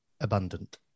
abundant